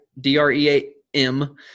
D-R-E-A-M